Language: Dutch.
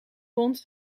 vond